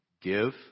Give